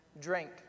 Drink